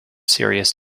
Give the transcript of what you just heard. serious